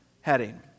heading